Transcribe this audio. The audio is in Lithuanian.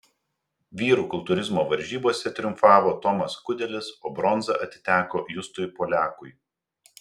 vyrų kultūrizmo varžybose triumfavo tomas kudelis o bronza atiteko justui poliakui